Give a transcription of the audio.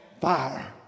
fire